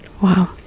Wow